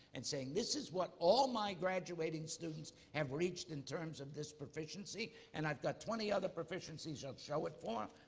and saying, this is what all my graduating students have reached in terms of this proficiency. and i've got twenty other proficiencies i'll show it for,